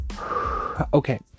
okay